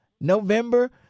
November